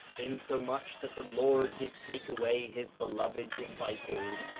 insomuch that the lord did take away his beloved disciples,